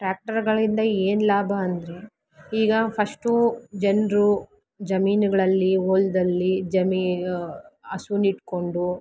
ಟ್ರ್ಯಾಕ್ಟರ್ಗಳಿಂದ ಏನು ಲಾಭ ಅಂದರೆ ಈಗ ಫಶ್ಟೂ ಜನರು ಜಮೀನುಗಳಲ್ಲಿ ಹೊಲದಲ್ಲಿ ಜಮೀ ಹಸು ಇಟ್ಕೊಂಡು